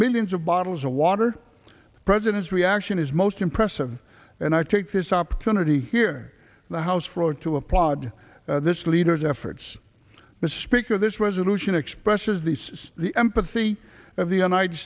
millions of bottles of water the president's reaction is most impressive and i take this opportunity here in the house for to applaud this leader's efforts mr speaker this resolution expressions these the empathy of the united